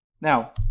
Now